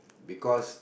because